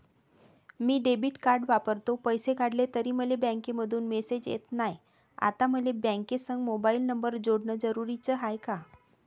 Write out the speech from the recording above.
मी debit card वापरतो, पैसे काढले तरी मले बँकेमंधून मेसेज येत नाय, आता मले बँकेसंग मोबाईल नंबर जोडन जरुरीच हाय का?